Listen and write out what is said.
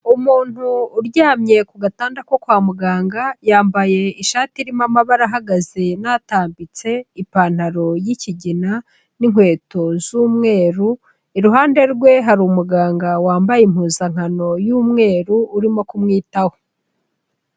Umuntu uryamye ku gatanda ko kwa muganga, yambaye ishati irimo amabara ahagaze n'atambitse, ipantaro y'ikigina, n'inkweto z'umweru, iruhande rwe hari umuganga wambaye impuzankano y'umweru, urimo kumwitaho.